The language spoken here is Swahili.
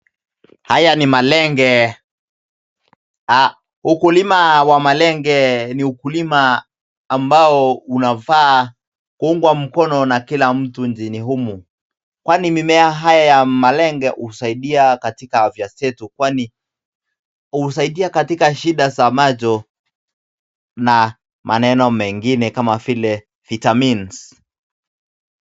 Haya ni malenge .Ukulima wa malenge ni ukulima ambao unafaa kuungwa mkono na kila mtu nchini humu, kwani mimea haya ya malenge husaidia katika afya zetu kwani husaidia katika shida za macho na maneno mengine kama vile vitamins .